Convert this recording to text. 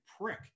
prick